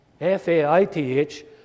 F-A-I-T-H